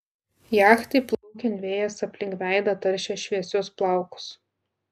jachtai plaukiant vėjas aplink veidą taršė šviesius plaukus